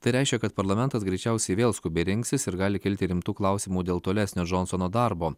tai reiškia kad parlamentas greičiausiai vėl skubiai rinksis ir gali kilti rimtų klausimų dėl tolesnio džonsono darbo